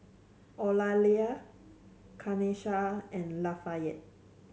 Eulalia Kanesha and Lafayette